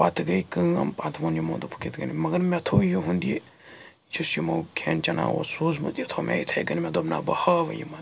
پَتہٕ گٔے کٲم پَتہٕ ووٚن یِمو دوٚپُکھ کِتھ کٔنۍ مگر مےٚ تھوٚو یِہُنٛد یہِ یُس یِمو کھٮ۪ن چٮ۪نا اوس سوٗزمُت یہِ تھوٚو مےٚ یِتھَے کٔنۍ مےٚ دوٚپ نہ بہٕ ہاوٕ یِمَن